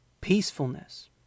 peacefulness